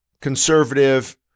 conservative